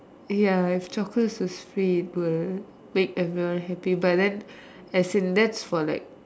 ya chocolates is sweet but will make everyone happy but then as in that's for like